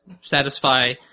satisfy